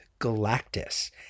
Galactus